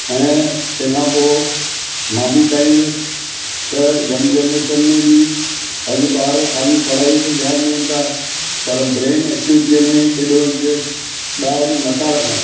ऐं तंहिं खां पोइ मां बि चाहींदुसि त यंग जनरेशन में बि अॼु ॿार ख़ाली पढ़ाईअ ते ध्यानु ॾियनि था पर ब्रेन एक्टिविटीअ में एॾो इंट्रेस्ट ॿार नथा रखनि